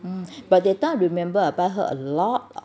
but that remember I buy her a lot of